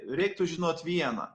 reiktų žinot vieną